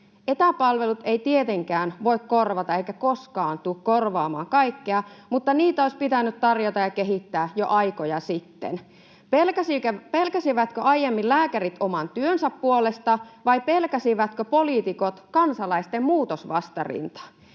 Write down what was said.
Etäpalvelut eivät tietenkään voi korvata eivätkä koskaan tule korvaamaan kaikkea, mutta niitä olisi pitänyt tarjota ja kehittää jo aikoja sitten. Pelkäsivätkö aiemmin lääkärit oman työnsä puolesta, vai pelkäsivätkö poliitikot kansalaisten muutosvastarintaa?